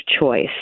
choice